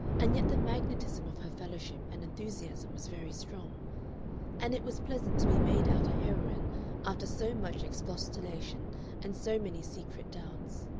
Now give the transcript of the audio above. and yet the magnetism of her fellowship and enthusiasm was very strong and it was pleasant to be made out a heroine after so much expostulation and so many secret doubts.